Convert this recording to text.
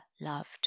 loved